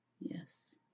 Yes